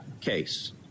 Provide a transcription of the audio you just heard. case